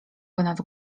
ponad